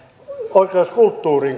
oikeuskulttuuriin